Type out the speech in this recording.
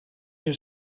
your